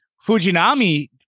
Fujinami